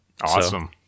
awesome